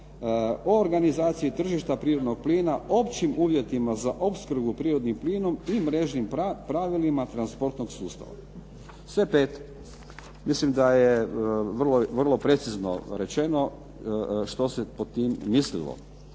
"o organizaciji tržišta prirodnog plina općim uvjetima za opskrbu prirodnim plinom i mrežnim pravilima transportnog sustava.". Sve pet. Mislim da je vrlo precizno rečeno što se pod tim mislilo.